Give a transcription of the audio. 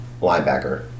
Linebacker